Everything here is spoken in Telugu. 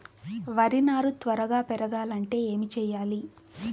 వరి నారు త్వరగా పెరగాలంటే ఏమి చెయ్యాలి?